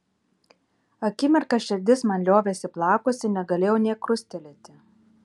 akimirką širdis man liovėsi plakusi negalėjau nė krustelėti